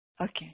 Okay